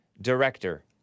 Director